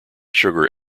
sugar